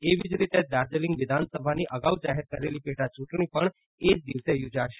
એવી જ રીતે દાર્જીલીંગ વિધાનસભાની અગાઉ જાહેર કરેલી પેટાચૂંટણી પણ એ જ દિવસે યોજાશે